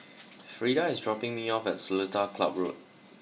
Freda is dropping me off at Seletar Club Road